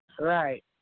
right